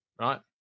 right